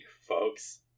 folks